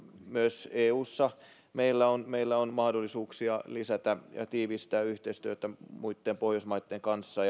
myös eussa meillä on meillä on mahdollisuuksia lisätä ja tiivistää yhteistyötä muitten pohjoismaitten kanssa